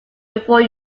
before